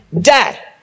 Dad